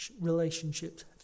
relationships